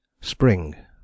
Spring